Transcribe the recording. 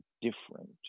different